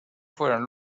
fueron